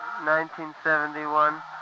1971